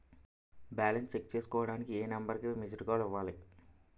Balance check చేసుకోవటానికి ఏ number కి మిస్డ్ కాల్ ఇవ్వాలి?